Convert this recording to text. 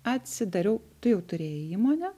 atsidariau tu jau turėjai įmonę